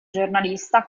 giornalista